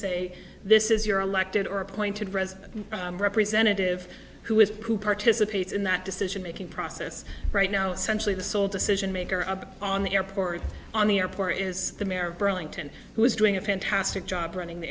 say this is your elected or appointed rez representative who is who participates in that decision making process right now centrally the sole decision maker up on the airport on the airport is the mare burlington who is doing a fantastic job running the